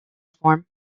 form